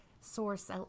source